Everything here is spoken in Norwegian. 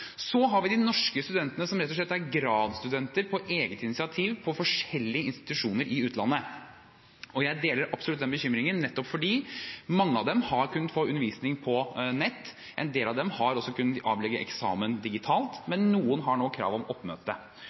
Så har vi de norske studentene som rett og slett på eget initiativ er gradsstudenter ved forskjellige institusjoner i utlandet. Jeg deler absolutt den bekymringen, nettopp fordi mange av dem har kunnet få undervisning på nett, en del av dem har også kunnet avlegge eksamen digitalt, men noen har nå krav om oppmøte.